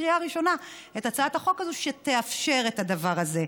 בקריאה ראשונה את הצעת החוק הזאת שתאפשר את הדבר הזה.